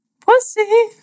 Pussy